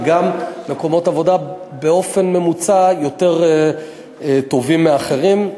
וגם מקומות עבודה באופן ממוצע יותר טובים מאחרים,